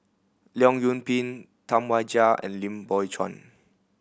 Leong Yoon Pin Tam Wai Jia and Lim Biow Chuan